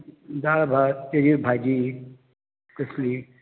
दाळ भात किदें भाजी कसली